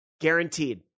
Guaranteed